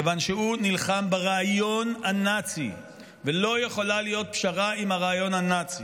כיוון שהוא נלחם ברעיון הנאצי ולא יכולה להיות פשרה עם הרעיון הנאצי.